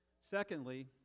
Secondly